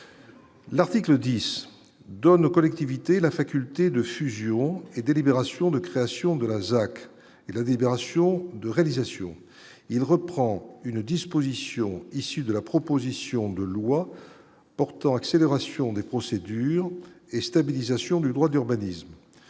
L'article 10 donne aux collectivités, la faculté de fusion et de libération de création de la ZAC et la libération de réalisation, il reprend une disposition issue de la proposition de loi portant, accélération des procédures et stabilisation du droit d'urbanisme